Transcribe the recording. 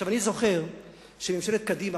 אני זוכר שממשלת קדימה,